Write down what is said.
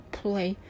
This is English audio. play